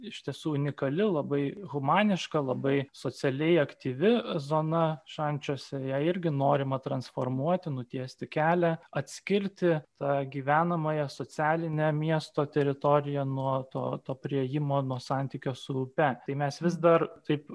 iš tiesų unikali labai humaniška labai socialiai aktyvi zona šančiuose ją irgi norima transformuoti nutiesti kelią atskirti tą gyvenamąją socialinę miesto teritoriją nuo to to priėjimo nuo santykio su upe tai mes vis dar taip